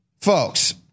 folks